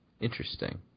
Interesting